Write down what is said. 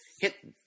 hit